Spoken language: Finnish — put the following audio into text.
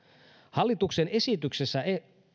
hallituksen esityksessä